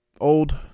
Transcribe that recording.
old